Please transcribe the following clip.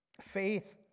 Faith